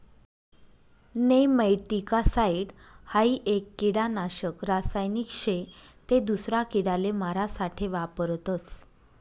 nematicide हाई एक किडानाशक रासायनिक शे ते दूसरा किडाले मारा साठे वापरतस